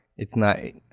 it's not, um,